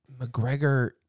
McGregor